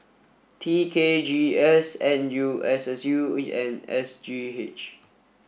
T K G S N U S S U and S G H